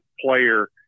player